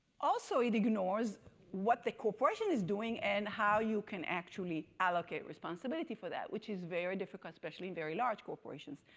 also, it ignores what the corporation is doing and how you can actually allocate responsibility for that, which is very difficult, especially very large corporations.